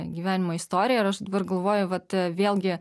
gyvenimo istorija ir aš dabar galvoju vat vėlgi